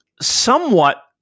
somewhat